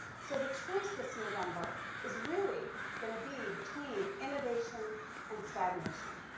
so the choice this november is really gonna be between innovation and stagnation.